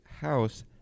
house